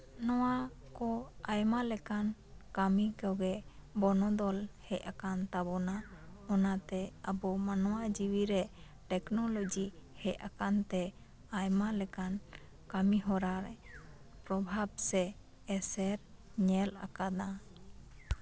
ᱱᱚᱣᱟ ᱠᱚ ᱟᱭᱢᱟ ᱞᱮᱠᱟᱱ ᱠᱟ ᱢᱤ ᱠᱚᱜᱮ ᱵᱚᱱᱚᱫᱚᱞ ᱦᱮᱡ ᱟᱠᱟᱱ ᱛᱟᱵᱳᱱᱟ ᱚᱱᱟ ᱛᱮ ᱟᱵᱚ ᱢᱟᱱᱣᱟ ᱡᱤᱣᱤᱨᱮ ᱴᱮᱠᱱᱳᱞᱚᱡᱤ ᱦᱮᱡ ᱟᱠᱟᱱ ᱛᱮ ᱟᱭᱢᱟ ᱞᱮᱠᱟᱱ ᱠᱟ ᱢᱤ ᱦᱚᱨᱟᱨᱮ ᱯᱨᱚᱵᱷᱟᱵ ᱥᱮ ᱮᱥᱮᱨ ᱧᱮᱞ ᱟᱠᱟᱱᱟ